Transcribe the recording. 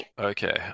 Okay